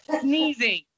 Sneezing